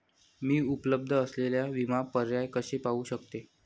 मी उपलब्ध असलेले विमा पर्याय कसे पाहू शकते?